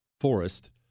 forest